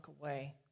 away